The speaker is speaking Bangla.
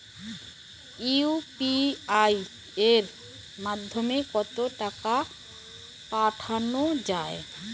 ইউ.পি.আই এর মাধ্যমে কত দ্রুত টাকা পাঠানো যায়?